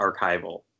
archival